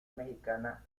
mexicana